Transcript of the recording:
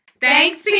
thanks